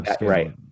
Right